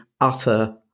utter